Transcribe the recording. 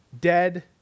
Dead